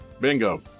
Bingo